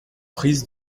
prise